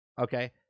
Okay